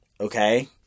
okay